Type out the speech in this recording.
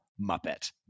Muppet